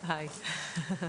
היי.